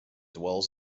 dwells